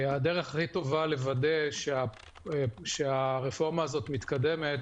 הדרך הכי טובה לוודא שהרפורמה הזאת מתקדמת